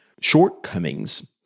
shortcomings